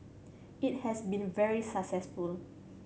it has been very successful